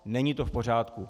Není to v pořádku.